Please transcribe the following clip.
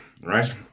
Right